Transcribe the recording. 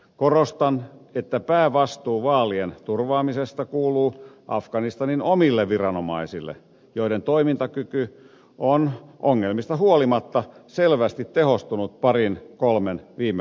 korostan että päävastuu vaalien turvaamisesta kuuluu afganistanin omille viranomaisille joiden toimintakyky on ongelmista huolimatta selvästi tehostunut parin kolmen viime vuoden aikana